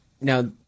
now